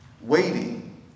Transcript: waiting